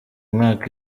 mwaka